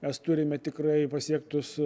mes turime tikrai pasiektus